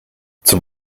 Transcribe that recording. zum